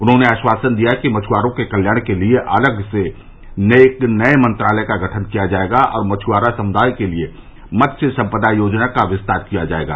उन्होंने आश्वासन दिया कि मछ्आरों के कल्याण के लिए अलग से एक नये मंत्रालय का गठन किया जाएगा और मछुआरा समुदाय के लिए मत्स्य संपदा योजना का विस्तार किया जाएगा